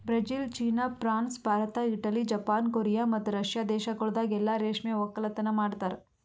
Brazil, ಚೀನಾ, France, Bharat, Italy, Japan, Korea ಮತ್ತ Russia ದೇಶಗೊಳ್ದಾಗ್ ಎಲ್ಲಾ ರೇಷ್ಮೆ ಒಕ್ಕಲತನ ಮಾಡ್ತಾರ